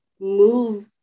move